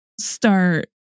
start